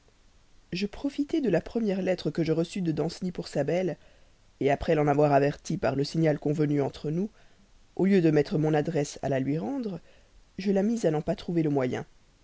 je profitai de la première lettre que je reçus de danceny pour sa belle après l'en avoir avertie par le signal convenu entre nous au lieu de mettre mon adresse à la lui rendre je la mis à n'en pas trouver le moyen